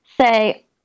say